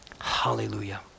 Hallelujah